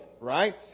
right